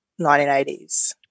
1980s